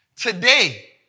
Today